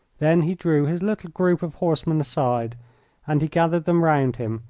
then he drew his little group of horsemen aside and he gathered them round him,